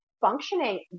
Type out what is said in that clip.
functioning